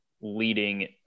leading